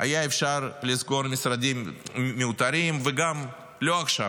היה אפשר לסגור משרדים מיותרים וגם, לא עכשיו,